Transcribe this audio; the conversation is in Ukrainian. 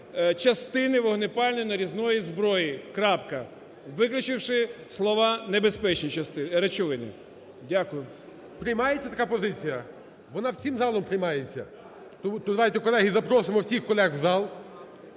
частини вогнепальної, нарізної зброї, крапка, виключивши слова: "небезпечні речовини". Дякую. ГОЛОВУЮЧИЙ. Приймається така позиція? Вона всім залом приймається. То давайте, колеги, запросимо всіх колег в зал.